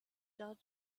datent